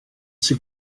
sir